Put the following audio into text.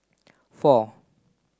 four